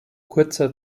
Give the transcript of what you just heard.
kurzer